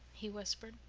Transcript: he whispered.